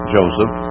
Joseph